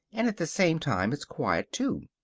and at the same time it's quiet, too.